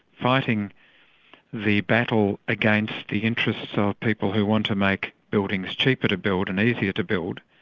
fighting the battle against the interests ah of people who want to make buildings cheaper to build and easier to build,